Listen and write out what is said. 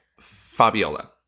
Fabiola